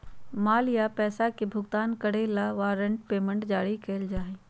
माल या पैसा के भुगतान करे ला वारंट पेमेंट जारी कइल जा हई